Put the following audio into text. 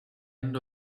end